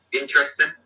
interesting